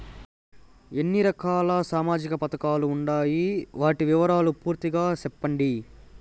ఎన్ని రకాల సామాజిక పథకాలు ఉండాయి? వాటి వివరాలు పూర్తిగా సెప్పండి?